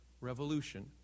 Revolution